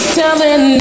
telling